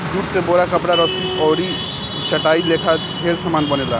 jute से बोरा, कपड़ा, रसरी, दरी आ चटाई लेखा ढेरे समान बनेला